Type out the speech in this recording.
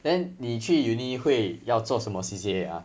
then 你去 uni 会要做什么 C_C_A ah